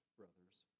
brother's